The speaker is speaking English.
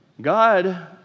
god